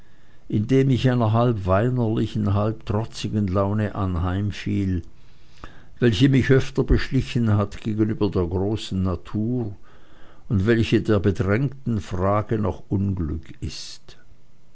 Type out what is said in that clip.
indem ich einer halb weinerlichen halb trotzigen laune anheimfiel welche mich öfter beschlichen hat gegenüber der großen natur und welche der bedrängten frage nach glück ist